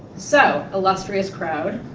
so, illustrious crowd.